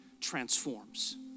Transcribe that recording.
transforms